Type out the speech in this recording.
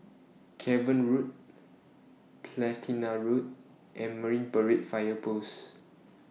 Cavan Road Platina Road and Marine Parade Fire Post